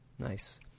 Nice